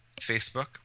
Facebook